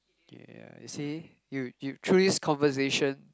yeah you see you you through this conversation